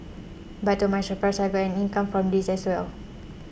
but to my surprise I got an income from this as well